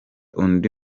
undi